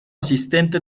asistente